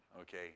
Okay